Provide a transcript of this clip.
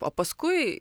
o paskui